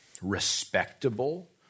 respectable